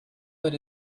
that